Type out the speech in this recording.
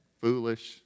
foolish